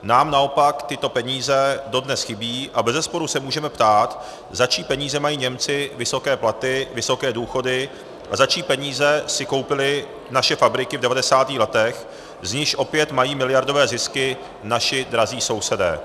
Nám naopak tyto peníze dodnes chybí a bezesporu se můžeme ptát, za čí peníze mají Němci vysoké platy, vysoké důchody a za čí peníze si koupili naše fabriky v devadesátých letech, z nichž opět mají miliardové zisky naši drazí sousedé.